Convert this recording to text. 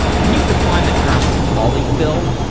can you define the term polyfill?